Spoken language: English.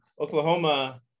Oklahoma